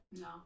No